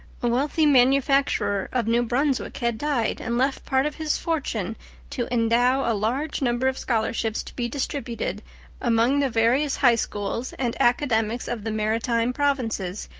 wealthy manufacturer of new brunswick had died and left part of his fortune to endow a large number of scholarships to be distributed among the various high schools and academies of the maritime provinces,